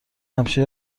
همیشه